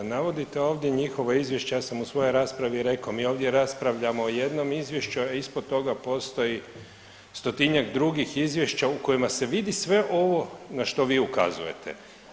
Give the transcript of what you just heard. Navodite ovdje njihovo izvješće, ja sam u svojoj raspravi rekao mi ovdje raspravljamo o jednom izvješću, a ispod toga postoji stotinjak drugih izvješća u kojima se vidi sve ovo na što vi ukazujete.